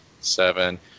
seven